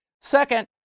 Second